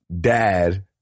dad